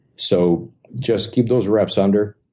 so just keep those reps under,